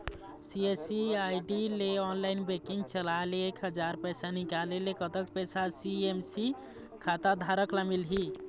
CSC ID ले online banking चलाए ले एक हजार पैसा निकाले ले कतक पैसा सी.एस.सी खाता धारक ला मिलही?